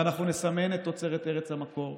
ואנחנו נסמן את תוצרת ארץ המקור,